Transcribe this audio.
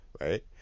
right